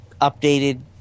updated